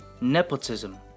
Nepotism